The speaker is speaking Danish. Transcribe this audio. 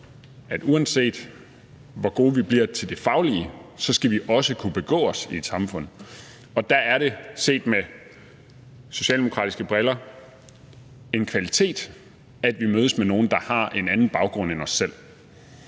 vi, uanset hvor gode vi bliver til det faglige, også skal kunne begå os i et samfund. Der er det set med socialdemokratiske briller en kvalitet, at vi mødes med nogle, der har en anden baggrund end os selv.